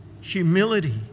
humility